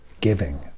Giving